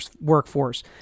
workforce